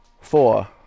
four